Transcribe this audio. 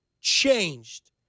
changed